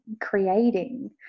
creating